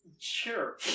Sure